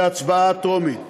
להצבעה בקריאה טרומית.